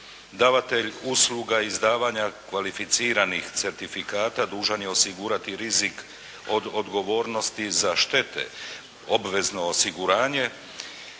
Davatelj usluga izdavanja kvalificiranih certifikata dužan je osigurati rizik od odgovornosti za štete, obvezno osiguranje,